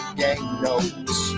gang-notes